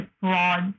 broad